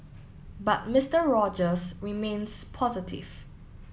but Mister Rogers remains positive